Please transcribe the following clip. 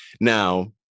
Now